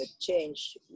change